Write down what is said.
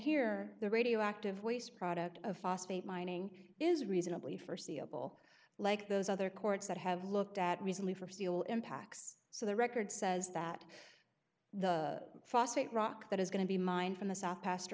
here the radioactive waste product of phosphate mining is reasonably foreseeable like those other courts that have looked at recently for steel impacts so the record says that the phosphate rock that is going to be mined from the south past